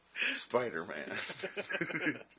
Spider-Man